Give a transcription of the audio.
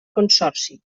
consorci